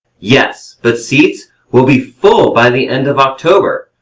yes, but seats will be full by the end of october.